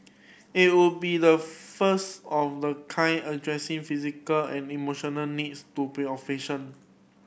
it would be the first of the kind addressing physical and emotional needs to